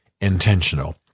intentional